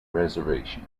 reservation